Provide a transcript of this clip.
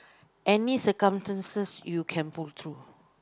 any circumstances you can pull through